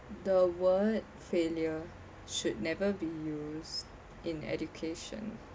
the word failure should never be used in education